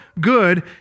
good